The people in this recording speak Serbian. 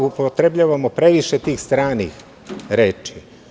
Upotrebljavamo previše tih stranih reči.